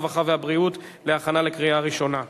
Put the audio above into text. הרווחה והבריאות להכנה לקריאה ראשונה.